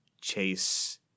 chase